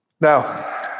Now